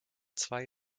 zwei